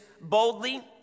boldly